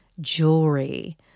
jewelry